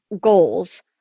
goals